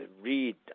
read